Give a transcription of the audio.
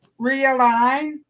Realign